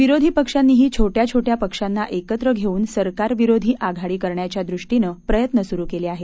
विरोधी पक्षांनीही छोट्या छोट्या पक्षांना एकत्र घेऊन सरकार विरोधी आघाडी करण्याच्या दृष्टीनं प्रयत्न सुरु केले आहेत